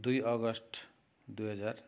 दुई अगस्त दुई हजार